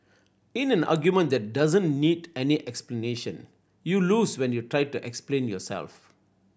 in an argument that doesn't need any explanation you lose when you try to explain yourself